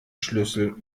schlüssel